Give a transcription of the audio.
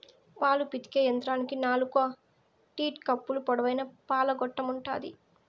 పాలు పితికే యంత్రానికి నాలుకు టీట్ కప్పులు, పొడవైన పాల గొట్టం ఉంటాది